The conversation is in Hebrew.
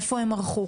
איפה הם ערכו.